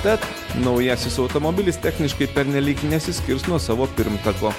bet naujasis automobilis techniškai pernelyg nesiskirs nuo savo pirmtako